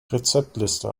rezeptliste